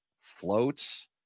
floats